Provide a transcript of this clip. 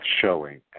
showing